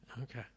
Okay